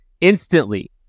instantly